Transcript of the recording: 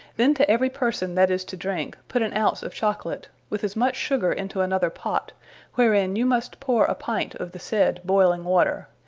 then to every person that is to drink, put an ounce of chocolate, with as much sugar into another pot wherein you must poure a pint of the said boiling water,